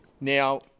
Now